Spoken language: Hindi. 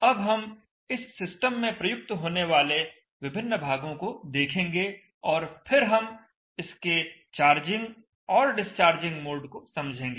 अब हम इस सिस्टम में प्रयुक्त होने वाले विभिन्न भागों को देखेंगे और फिर हम इसके चार्जिंग और डिस्चार्जिंग मोड को समझेंगे